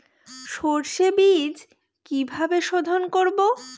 সর্ষে বিজ কিভাবে সোধোন করব?